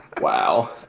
Wow